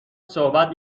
صحبت